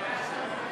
נתקבל.